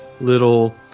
little